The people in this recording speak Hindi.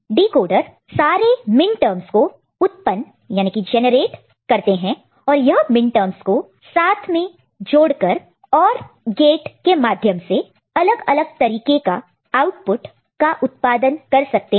डिकोडर सारे मिनटर्मस का उत्पन्न जेनरेट generate करते हैं और यह मिनटर्मस को साथ में जोड़ कर OR गेट के माध्यम से अलग अलग तरीके का आउटपुट का उत्पादन कर सकते है